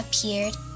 appeared